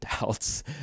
doubts